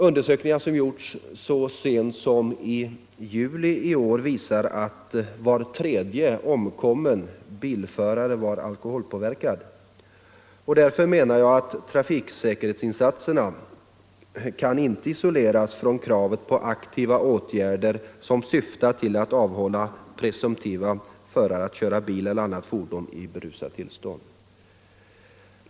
Undersökningar som gjorts så sent som i juli i år visar att var tredje omkommen bilförare var alkoholpåverkad. Därför anser jag att trafiksäkerhetsinsatserna inte kan isoleras från kravet på aktiva åtgärder som syftar till att avhålla folk från att köra bil eller annat fordon i berusat tillstånd.